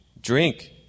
drink